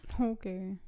Okay